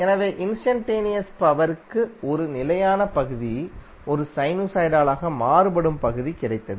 எனவே instantaneous power க்கு ஒரு நிலையான பகுதி மற்றும் ஒரு சைனூசாய்டலாக மாறுபடும் பகுதி கிடைத்தது